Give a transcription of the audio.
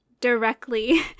directly